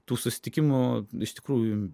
tų susitikimų iš tikrųjų